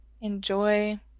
enjoy